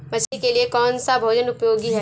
मछली के लिए कौन सा भोजन उपयोगी है?